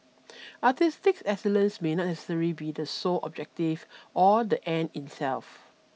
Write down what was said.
artistic excellence may not necessarily be the sole objective or the end in self